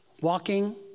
walking